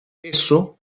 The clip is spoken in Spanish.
eso